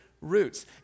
roots